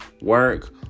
work